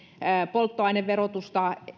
polttoaineverotusta